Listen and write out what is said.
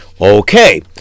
Okay